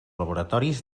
laboratoris